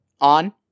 on